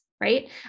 right